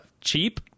cheap